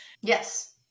Yes